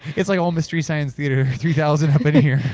it's like all mystery science theater three thousand up in here.